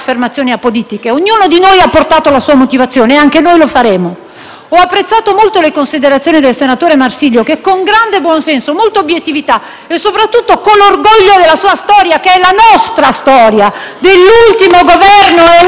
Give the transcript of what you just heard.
Ho apprezzato molto le considerazioni del senatore Marsilio che ha espresso con grande buon senso, molta obiettività e soprattutto con l'orgoglio della sua storia, che è anche la nostra storia e dell'ultimo Governo eletto dagli italiani nel 2008.